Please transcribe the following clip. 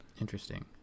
Interesting